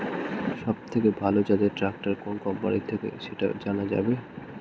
সবথেকে ভালো জাতের ট্রাক্টর কোন কোম্পানি থেকে সেটা জানা যাবে?